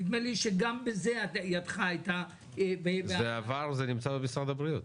נדמה שגם בזה ידך הייתה --- זה עבר וזה נמצא במשרד הבריאות.